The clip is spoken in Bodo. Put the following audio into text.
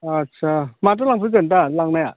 आच्चा माजों लांफैगोन दा लांनाया